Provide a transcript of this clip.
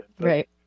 Right